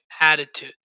attitude